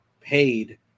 paid